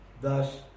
Thus